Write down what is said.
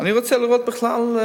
אני רוצה לראות בכלל,